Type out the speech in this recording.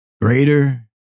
greater